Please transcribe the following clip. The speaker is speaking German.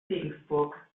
regensburg